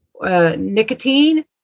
nicotine